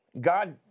God